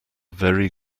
very